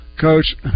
Coach